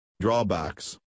Drawbacks